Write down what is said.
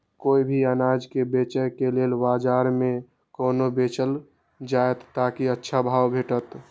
कोय भी अनाज के बेचै के लेल बाजार में कोना बेचल जाएत ताकि अच्छा भाव भेटत?